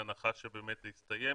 בהנחה שזה באמת יסתיים